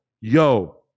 Yo